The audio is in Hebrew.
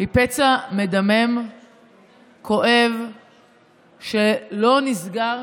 היא פצע מדמם וכואב שלא נסגר